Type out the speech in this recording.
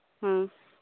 ᱦᱮᱸ